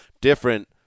different